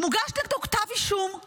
מוגש נגדו כתב אישום,